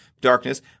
darkness